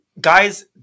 Guys